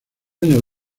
años